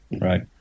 Right